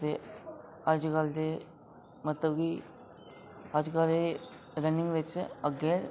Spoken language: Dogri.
ते अजकल ते मतलब कि अजकल एह् रनिंग बिच अग्गें